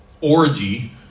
orgy